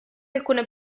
alcune